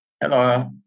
Hello